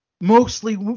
mostly